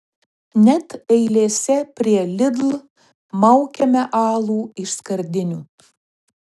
net eilėse prie lidl maukiame alų iš skardinių